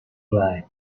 light